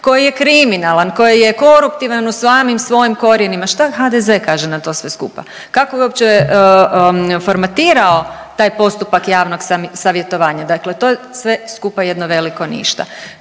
koji je kriminalan, koji je koruptivan u samim svojim korijenima. Šta HDZ kaže na to sve skupa? Kako ga uopće formatirao taj postupak javnog savjetovanja? Dakle to je sve skupa jedno veliko ništa.